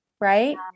Right